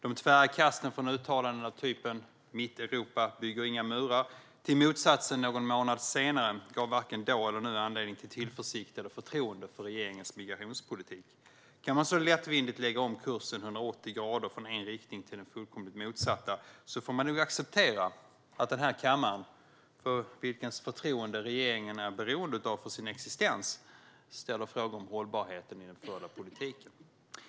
De tvära kasten mellan uttalanden av typen "Mitt Europa bygger inte murar" och motsatsen någon månad senare gav inte då och ger inte heller nu anledning till tillförsikt eller förtroende för regeringens migrationspolitik. Kan man så lättvindigt lägga om kursen 180 grader, från en riktning till den fullkomligt motsatta, får man nog acceptera att denna kammare - vars förtroende regeringen är beroende av för sin existens - ställer frågor om hållbarheten i den förda politiken.